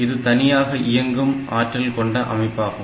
இது தனியாக இயங்கும் ஆற்றல் கொண்ட அமைப்பாகும்